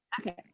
Okay